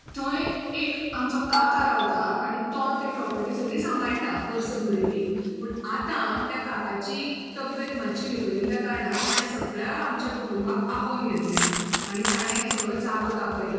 थंय एक आमचो काका रावता आनी तो ते प्रॉपर्टी सगळी सांबाळटा वर्स भरय बी पूण आतां त्या काकाची तब्यत मातशी बिगडिल्ल्या कारणान ताणें सगळ्या आमच्या कुटुंबाक आपोन घेतलें आनी ताणें सगलो जागो दाखयलो